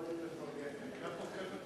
הם לא יודעים לפרגן.